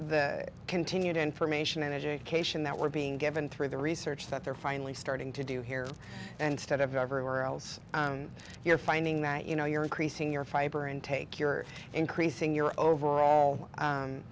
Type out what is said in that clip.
the continued information and education that we're being given through the research that they're finally starting to do here and stead of everywhere else you're finding that you know you're increasing your fiber intake you're increasing your overall